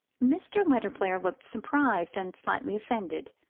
mr. letterblair looked surprised and slightly offended.